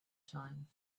time